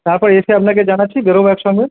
তারপর এসে আপনাকে জানাচ্ছি বেরোবো একসঙ্গে